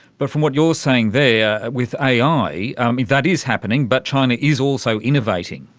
but from what you're saying there with ai, that is happening but china is also innovating.